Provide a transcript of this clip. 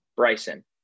Bryson